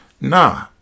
Nah